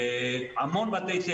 המון,